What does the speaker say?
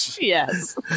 Yes